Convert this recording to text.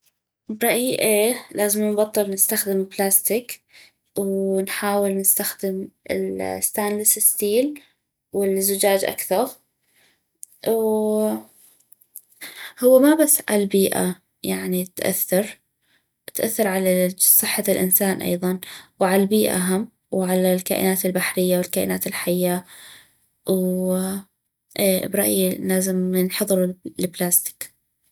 برايي اي لازم نبطل نستخدم البلاستك ونحاول نستخدم الستانلس ستيل والزجاج اكثغ وهو ما بس عل بيئة يعني تأثر تاثر على صحة الإنسان ايظا وعل بيئة هم وعلى الكائنات البحرية والكائنات الحية و اي برايي لازم ينحظر البلاستك